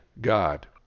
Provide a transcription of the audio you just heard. God